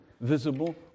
visible